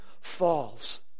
falls